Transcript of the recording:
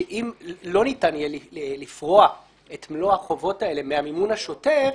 שאם לא ניתן יהיה לפרוע את מלוא החובות האלה מהמימון השוטף,